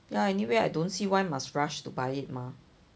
ya anyway I don't see why must rush to buy it mah